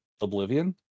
Oblivion